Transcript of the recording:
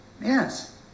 Yes